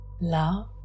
love